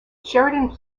sheridan